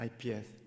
IPS